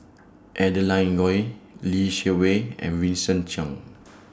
Adeline Ooi Lee Shermay and Vincent Cheng